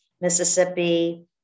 Mississippi